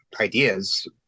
ideas